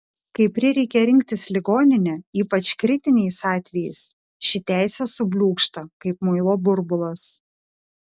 kai prireikia rinktis ligoninę ypač kritiniais atvejais ši teisė subliūkšta kaip muilo burbulas